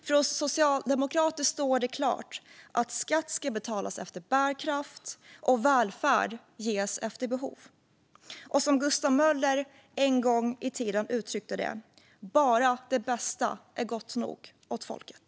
För oss socialdemokrater står det klart att skatt ska betalas efter bärkraft och välfärd ges efter behov. Och som Gustav Möller en gång i tiden uttryckte det: Endast det bästa är gott nog åt folket.